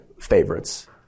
favorites